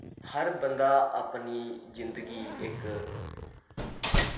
हर बंदा अपनी जिंदगी इक